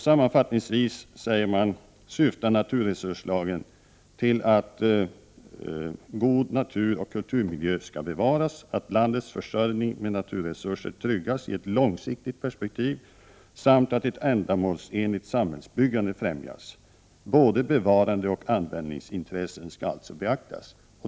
Sammanfattningsvis säger man att naturresurslagen syftar till att god naturoch kulturmiljö skall bevaras, att landets försörjning med naturresurser skall tryggas i ett långsiktigt perspektiv samt att ett ändamålsenligt samhällsbyggande skall främjas. Både bevarandeoch användarintressen skall alltså beaktas.